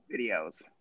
videos